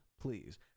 please